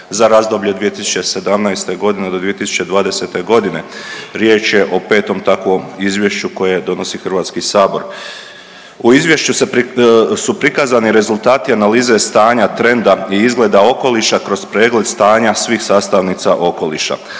za razdoblje 2017. godina do 2020. godine. Riječ je o petom takvom izvješću koje donosi Hrvatski sabor. U izvješću su prikazani rezultati analize stanja trenda i izgleda okoliša kroz pregled stanja svih sastavnica okoliša.